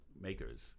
makers